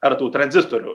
ar tų tranzistorių